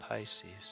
Pisces